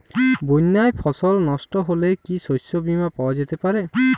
বন্যায় ফসল নস্ট হলে কি শস্য বীমা পাওয়া যেতে পারে?